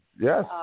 Yes